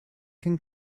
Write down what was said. can